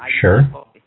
Sure